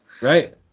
Right